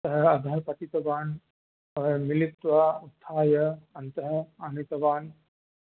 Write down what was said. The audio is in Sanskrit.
सः अधः पतितवान् मिलित्वा उत्थाय अन्तः आनीतवान्